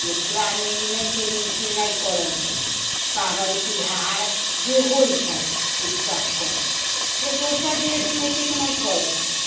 मिथिलामे ई नहि छै जे ई चीज नहि करै छै पाबनि तिहार जे होइ छै से सब करै छै फेर दोसर देशमे एतेक नहि करै छै